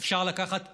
אפשר לקחת קשיש,